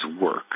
work